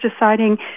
deciding